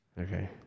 Okay